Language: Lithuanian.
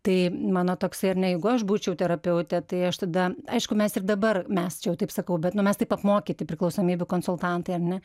tai mano toksai ar ne jeigu aš būčiau terapeutė tai aš tada aišku mes ir dabar mes čia jau taip sakau bet nu mes taip apmokyti priklausomybių konsultantai ar ne